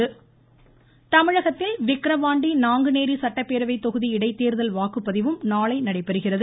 இடைத்தேர்தல் தமிழகத்தில் விக்கிரவாண்டி நாங்குநேரி சட்டப்பேரவைத் தொகுதி இடைத்தேர்தல் வாக்குப்பதிவும் நாளை நடைபெறுகிறது